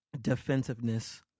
defensiveness